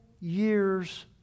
year's